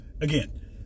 again